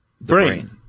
brain